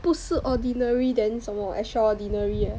不是 ordinary then 什么 extraordinary